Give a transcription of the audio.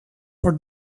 for